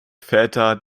väter